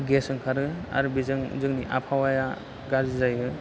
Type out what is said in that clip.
gas ओंखारो आरो बेजों जोंनि आबहावाया गाज्रि जायो